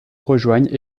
rejoignent